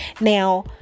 Now